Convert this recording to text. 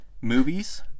Movies